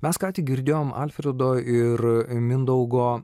mes ką tik girdėjom alfredo ir mindaugo